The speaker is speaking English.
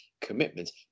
commitments